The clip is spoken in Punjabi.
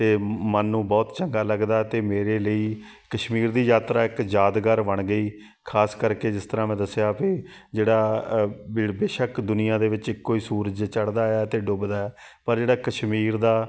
ਅਤੇ ਮਨ ਨੂੰ ਬਹੁਤ ਚੰਗਾ ਲੱਗਦਾ ਅਤੇ ਮੇਰੇ ਲਈ ਕਸ਼ਮੀਰ ਦੀ ਯਾਤਰਾ ਇੱਕ ਯਾਦਗਾਰ ਬਣ ਗਈ ਖਾਸ ਕਰਕੇ ਜਿਸ ਤਰ੍ਹਾਂ ਮੈਂ ਦੱਸਿਆ ਵੀ ਜਿਹੜਾ ਵੀ ਬੇਸ਼ੱਕ ਦੁਨੀਆਂ ਦੇ ਵਿੱਚ ਇੱਕੋ ਹੀ ਸੂਰਜ ਚੜ੍ਹਦਾ ਆ ਅਤੇ ਡੁੱਬਦਾ ਪਰ ਜਿਹੜਾ ਕਸ਼ਮੀਰ ਦਾ